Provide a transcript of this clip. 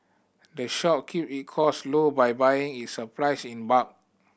the shop keep it cost low by buying its supplies in bulk